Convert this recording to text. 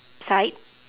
side